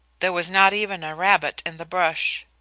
there was not even a rabbit in the brush.